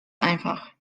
einfach